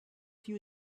few